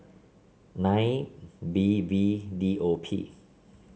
nine B V D O P